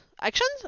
actions